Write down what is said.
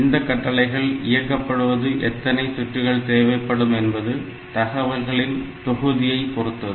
இந்த கட்டளைகள் இயக்கப்படுவது எத்தனை சுற்றுகள் தேவைப்படும் என்பது தகவல்களின் தொகுதியை பொறுத்தது